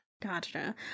Gotcha